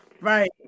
right